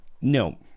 No